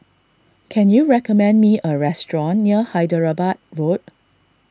can you recommend me a restaurant near Hyderabad Road